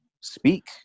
speak